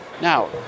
Now